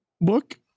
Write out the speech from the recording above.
book